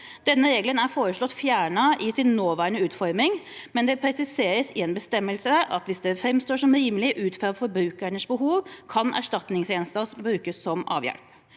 Denne regelen er foreslått fjernet i sin nåværende utforming, men det presiseres i en bestemmelse at hvis det framstår som rimelig ut fra forbrukerens behov, kan erstatningsgjenstand brukes som avhjelp.